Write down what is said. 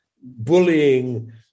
bullying